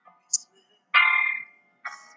Christmas